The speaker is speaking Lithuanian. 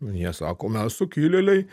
jie sako mes sukilėliai